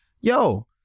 Yo